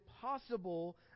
possible